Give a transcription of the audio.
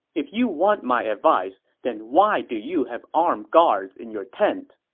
if you want my advice, then why do you have armed guards in your tent?